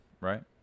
right